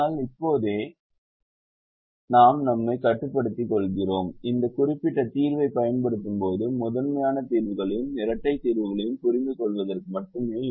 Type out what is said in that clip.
ஆனால் இப்போதே நாம் நம்மைக் கட்டுப்படுத்திக் கொள்கிறோம் இந்த குறிப்பிட்ட தீர்வைப் பயன்படுத்தும் போது முதன்மையான தீர்வுகளையும் இரட்டைத் தீர்வுகளையும் புரிந்துகொள்வதற்கு மட்டுமே